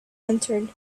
entered